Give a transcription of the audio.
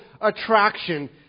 attraction